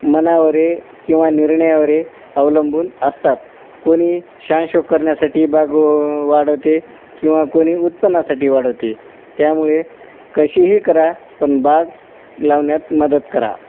मनावर आहे किंवा निर्णयावर अवलंबून असतात कोणी शानशोक करण्यासाठी बाग वाढवते किंवा कोणी उत्पन्नासाठी वाढवते त्यामुळे कशीही करा पण बाग लावण्यात मदत करा